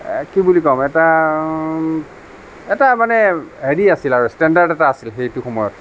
কি বুলি ক'ম এটা এটা মানে হেৰি আছিল আৰু ষ্টেণ্ডাৰ্ড এটা আছিল সেইটো সময়ত